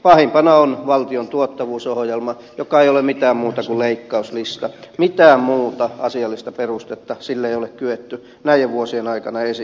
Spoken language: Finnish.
pahimpana on valtion tuottavuusohjelma joka ei ole mitään muuta kuin leikkauslista mitään muuta asiallista perustetta sille ei ole kyetty näiden vuosien aikana esittämään